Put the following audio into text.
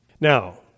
Now